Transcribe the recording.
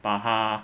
把他